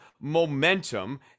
momentum